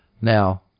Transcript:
Now